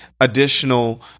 additional